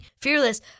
Fearless